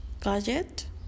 Gadget